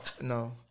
no